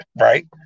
right